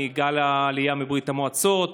גל העלייה מברית המועצות,